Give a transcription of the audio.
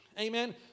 amen